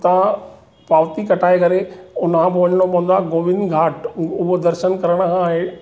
उतां पाउती कटाइ करे उनखां पोइ वञणो पवंदो आहे गोविंद घाट उ उहो दर्शन करण खां इहे